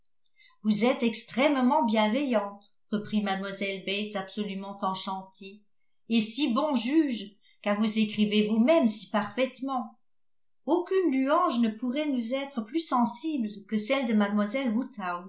vous êtes extrêmement bienveillante reprit mlle bates absolument enchantée et si bon juge car vous écrivez vous-même si parfaitement aucune louange ne pourrait nous être plus sensible que celle de